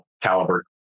caliber